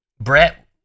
Brett